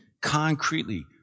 concretely